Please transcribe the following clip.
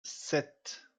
sept